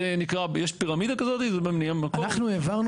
יש פירמידה כזאת --- אנחנו העברנו